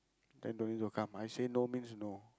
then don't need to come I say no means no